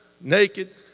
naked